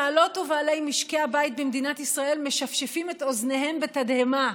בעלות ובעלי משקי הבית במדינת ישראל משפשפים את אוזניהם בתדהמה,